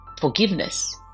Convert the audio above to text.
Forgiveness